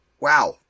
wow